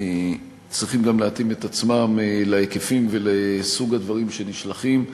צריכים גם להתאים את עצמם להיקפים ולסוג הדברים שנשלחים.